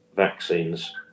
Vaccines